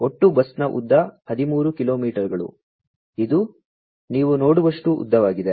ಒಟ್ಟು ಬಸ್ನ ಉದ್ದ 13 ಕಿಲೋಮೀಟರ್ಗಳು ಇದು ನೀವು ನೋಡುವಷ್ಟು ಉದ್ದವಾಗಿದೆ